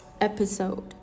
episode